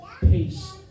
peace